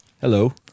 Hello